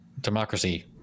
democracy